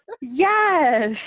Yes